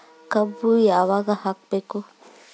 ಕಬ್ಬು ಯಾವಾಗ ಹಾಕಬೇಕು?